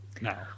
now